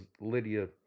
Lydia